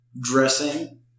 Dressing